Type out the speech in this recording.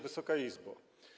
Wysoka Izbo!